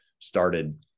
started